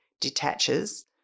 detaches